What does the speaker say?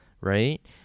right